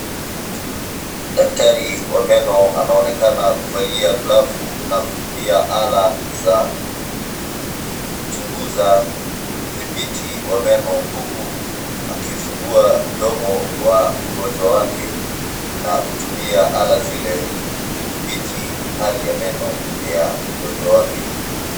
Daktari wa meno anaonekana kuvalia glavu na kutumia ala za kuchunguza udhibiti wa meno, huku akiufungua mdomo wa mgonjwa wake, na kutumia ala zile kudhibiti hali ya meno ya mgonjwa wake.